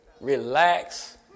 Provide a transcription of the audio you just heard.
Relax